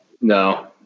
No